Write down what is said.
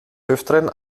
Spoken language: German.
öfteren